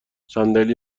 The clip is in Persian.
صندلی